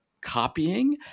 copying